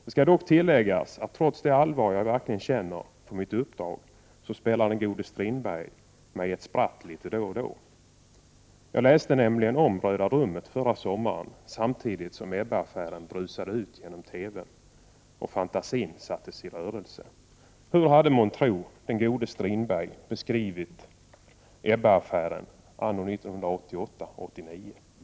Det skall dock tilläggas att trots det allvar som jag verkligen känner för mitt uppdrag spelar den gode Strindberg mig ett spratt då och då. Jag läste nämligen om romanen Röda rummet förra sommaren, samtidigt som Ebba Carlsson-affären brusade ut i TV-n. Fantasin sattes i rörelse. Hur hade månntro den gode Strindberg beskrivit Ebbe Carlsson-affären anno 1988-1989?